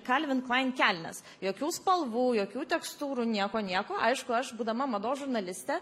kalvin klain kelnes jokių spalvų jokių tekstūrų nieko nieko aišku aš būdama mados žurnaliste